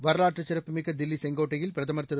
வரலாற்றுச் சிறப்புமிக்க தில்லி செங்கோட்டையில் பிரதமர் திரு